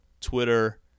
Twitter